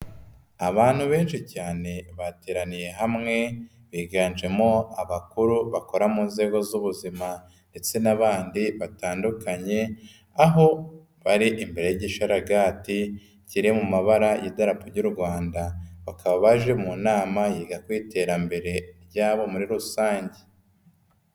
Abantu benshi cyane bateraniye hamwe biganjemo abakuru bakora mu nzego z'ubuzima ndetse n'abandi batandukanye, aho bari imbere y'igisharagati kiri mu mabara y'idarapo ry'u Rwanda, bakaba baje mu nama yiga ku iterambere ryabo muri rusange.